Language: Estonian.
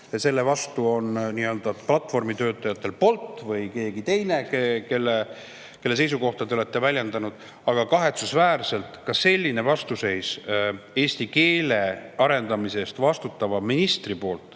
selle vastu on nii-öelda platvormitöötajatest Bolt või keegi teine, kelle seisukohta te olete väljendanud, aga kahetsusväärselt ka selline vastuseis eesti keele arendamise eest vastutava ministri poolt